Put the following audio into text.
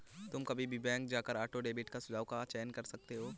तुम कभी भी बैंक जाकर ऑटो डेबिट का सुझाव का चयन कर सकते हो